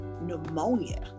pneumonia